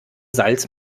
salz